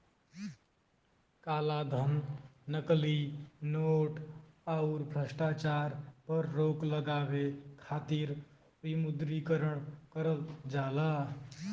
कालाधन, नकली नोट, आउर भ्रष्टाचार पर रोक लगावे खातिर विमुद्रीकरण करल जाला